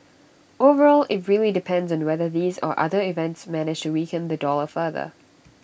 overall IT really depends on whether these or other events manage to weaken the dollar further